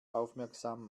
aufmerksam